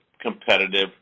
competitive